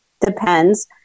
Depends